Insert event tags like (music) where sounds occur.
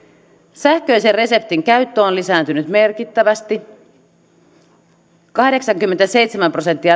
sähköisen reseptin käyttö on lisääntynyt merkittävästi kahdeksankymmentäseitsemän prosenttia (unintelligible)